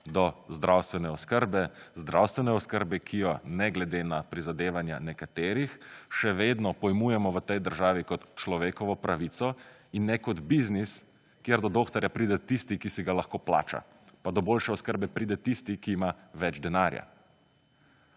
do zdravstvene oskrbe - zdravstvene oskrbe, ki jo, ne glede na prizadevanja nekaterih. **74. TRAK: (SC) – 16.05** (nadaljevanje) Še vedno pojmujemo v tej državi kot človekovo pravico in ne kot biznis, kjer so doktorja pride tisti, ki si ga lahko plača pa do boljše oskrbe pride tisti, ki ima več denarja.